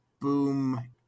boom